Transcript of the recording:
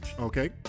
Okay